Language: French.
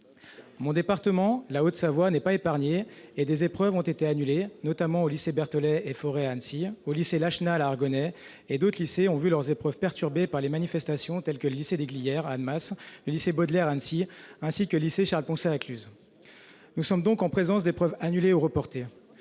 Mon département, la Haute-Savoie, n'est pas épargné : des épreuves ont été annulées, notamment aux lycées Berthollet et Fauré à Annecy, et au lycée Lachenal à Argonnais, tandis que d'autres lycées ont vu leurs épreuves perturbées par les manifestations, comme le lycée des Glières à Annemasse, le lycée Baudelaire à Annecy et le lycée Charles-Poncet à Cluses. Nous sommes donc en présence d'épreuves annulées ou reportées,